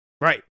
Right